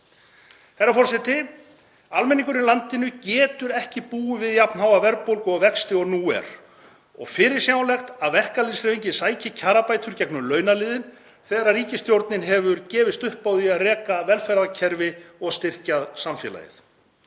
Herra forseti. Almenningur í landinu getur ekki búið við jafn háa verðbólgu og vexti og nú er og fyrirsjáanlegt er að verkalýðshreyfingin sæki kjarabætur í gegnum launaliðinn þegar ríkisstjórnin hefur gefist upp á því að reka velferðarkerfið og styrkja samfélagið.